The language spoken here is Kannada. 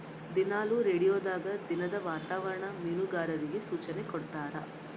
ದಿನಾಲು ರೇಡಿಯೋದಾಗ ದಿನದ ವಾತಾವರಣ ಮೀನುಗಾರರಿಗೆ ಸೂಚನೆ ಕೊಡ್ತಾರ